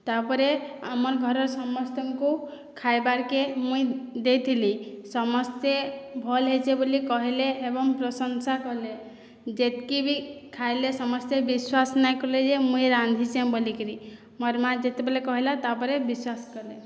ତାପରେ ଆମର ଘରର ସମସ୍ତଙ୍କୁ ଖାଇବାର୍କେ ମୁଇଁ ଦେଇଥିଲି ସମସ୍ତେ ଭଲ ହୋଇଛି ବୋଲି କହିଲେ ଏବଂ ପ୍ରଶଂସା କଲେ ଯେତ୍କି ବି ଖାଇଲେ ସମସ୍ତେ ବିଶ୍ୱାସ ନାଇଁ କଲେ ଯେ ମୁଇଁ ରାନ୍ଧିଛେଁ ବୋଲିକରି ମୋର ମାଆ ଯେତେବେଳେ କହିଲା ତାପରେ ବିଶ୍ୱାସ କଲେ